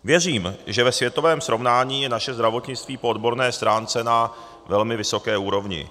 Věřím, že ve světovém srovnání je naše zdravotnictví po odborné stránce na velmi vysoké úrovni.